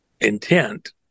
intent